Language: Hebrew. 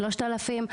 3,000,